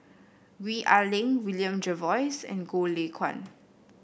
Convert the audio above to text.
Gwee Ah Leng William Jervois and Goh Lay Kuan